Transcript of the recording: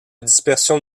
dispersion